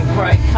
right